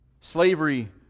Slavery